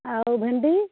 ଆଉ ଭେଣ୍ଡି